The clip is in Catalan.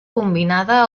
combinada